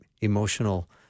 emotional